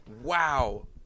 wow